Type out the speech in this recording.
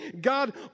God